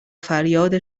فریاد